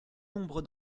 nombre